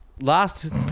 last